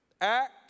Act